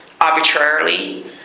arbitrarily